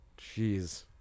Jeez